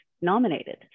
nominated